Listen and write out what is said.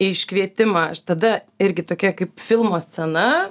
iškvietimą aš tada irgi tokia kaip filmo scena